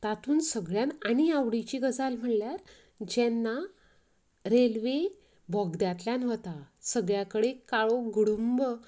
तातूंत सगळ्यान आनी आवडीची गजाल म्हळ्यार जेन्ना रेल्वे बोगद्यांतल्यान वता सगळ्या कडेन काळोख घुडूंब